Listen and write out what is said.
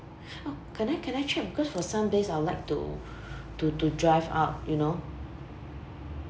oh can I can I check because for some days I would like to to to drive up you know